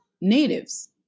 natives